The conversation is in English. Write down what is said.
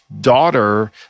daughter